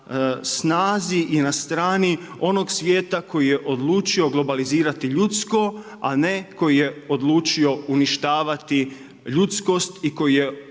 snazi i na strani onog svijeta koji je odlučio globalizirati ljudsko, a ne koji je odlučio uništavati ljudskost i koji je